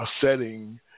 setting